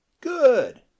good